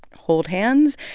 hold hands,